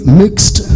mixed